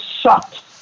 sucked